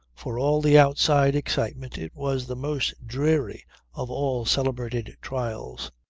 for all the outside excitement it was the most dreary of all celebrated trials.